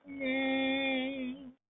name